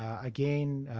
again,